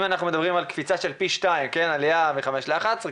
אם מדברים על קפיצה של פי 2 מ-2014 עד 2019